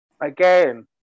again